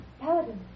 Paladin